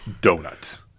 donut